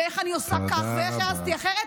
ואיך אני עושה כך ואיך העזתי אחרת.